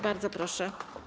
Bardzo proszę.